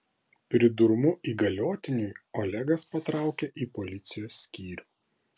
pridurmu įgaliotiniui olegas patraukė į policijos skyrių